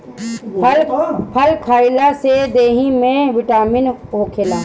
फल खइला से देहि में बिटामिन होखेला